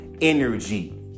energy